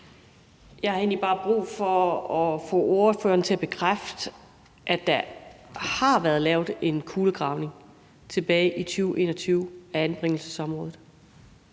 Jeg har egentlig bare brug for at få ordføreren til at bekræfte, at der har været lavet en kulegravning tilbage i 2021 af anbringelsesområdet.